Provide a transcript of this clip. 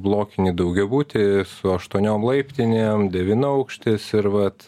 blokinį daugiabutį su aštuoniom laiptinėm devynaukštis ir vat